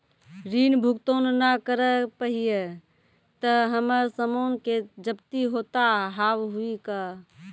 ऋण भुगतान ना करऽ पहिए तह हमर समान के जब्ती होता हाव हई का?